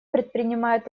предпринимает